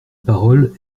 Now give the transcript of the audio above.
parole